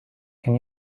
can